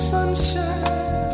Sunshine